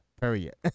period